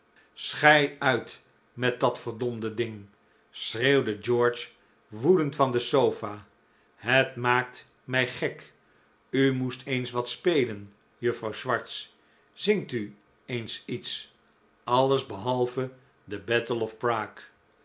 schei uit met dat ver ding schreeuwde george woedend van de sofa het maakt mij gek u moest eens wat spelen juffrouw swartz zingt u eens iets alles behalve de battle of prague